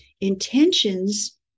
intentions